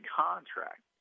contract